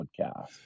Podcast